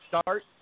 start